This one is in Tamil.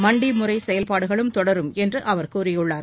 மண்டி முறை செயல்பாடுகளும் தொடரும் என்று அவர் கூறியுள்ளார்